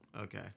Okay